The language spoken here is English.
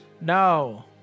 No